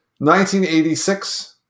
1986